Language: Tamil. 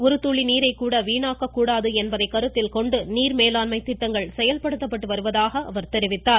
ஒரு துளி நீரைக் கூட வீணாக்கக்கூடாது என்பதை கருத்தில் கொண்டு நீர் மேலாண்மை திட்டங்கள் செயல்படுத்தப்பட்டு வருவதாக தெரிவித்தார்